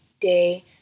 day